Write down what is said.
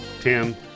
Tim